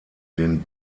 den